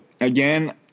again